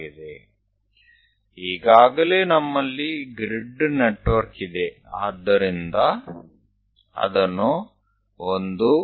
અહીંયા આપણી પાસે પહેલેથી જ ગ્રીડ જોડાણ છે